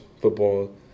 football